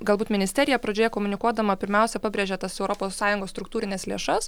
galbūt ministerija pradžioje komunikuodama pirmiausia pabrėžia tas europos sąjungos struktūrines lėšas